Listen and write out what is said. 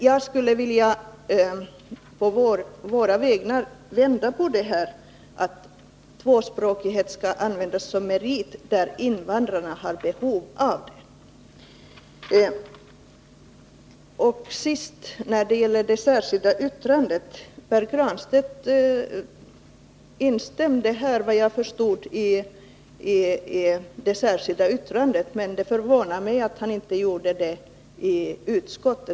Jag skulle på invandrarnas vägnar vilja vända på detta och kräva att tvåspråkighet skall betraktas som merit i de fall där invandrarna har behov av den. Slutligen det särskilda yttrandet. Pär Granstedt instämde här, såvitt jag förstod, i det särskilda yttrandet. Det förvånar mig att han inte gjorde det vid utskottsbehandlingen.